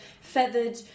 feathered